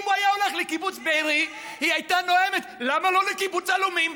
אם הוא היה הולך לקיבוץ בארי היא הייתה נואמת: למה לא לקיבוץ עלומים?